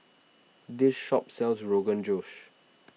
this shop sells Rogan Josh